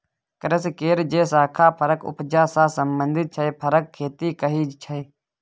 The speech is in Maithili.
कृषि केर जे शाखा फरक उपजा सँ संबंधित छै फरक खेती कहाइ छै